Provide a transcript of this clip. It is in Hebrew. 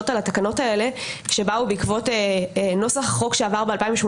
על התקנות האלה שבאו בעקבות נוסח חוק שעבר ב-2018